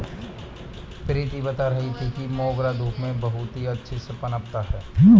प्रीति बता रही थी कि मोगरा धूप में बहुत ही अच्छे से पनपता है